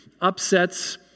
upsets